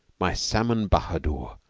my salmon bahadur,